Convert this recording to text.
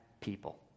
people